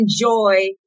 enjoy